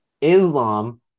Islam